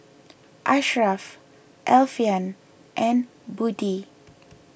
Ashraf Alfian and Budi